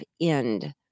end